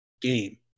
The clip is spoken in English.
game